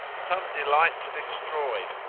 some delight to destroy,